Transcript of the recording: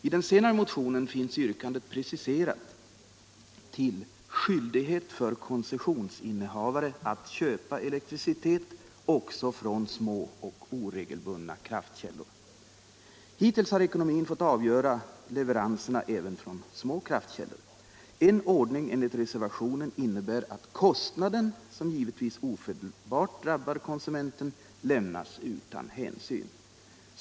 I den senare motionen finns yrkandet preciserat till ”skyldighet för koncessionsinnehavare att köpa elektricitet också från små och oregelbundna kraftkällor”. Hittills har ekonomin fått avgöra leveranserna även från små kraftkällor. En ordning enligt reservationen innebär att kostnaden, som givetvis ofelbart drabbar konsumenten, lämnas utan hänsyn.